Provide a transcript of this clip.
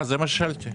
זה מה ששאלתי.